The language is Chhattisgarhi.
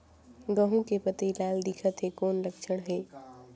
गहूं के पतई लाल दिखत हे कौन लक्षण हे?